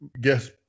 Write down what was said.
guess